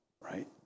right